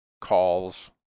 calls